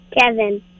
Kevin